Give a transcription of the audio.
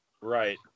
Right